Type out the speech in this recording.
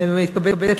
הרווחה והבריאות.